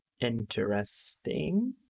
interesting